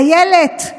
אילת,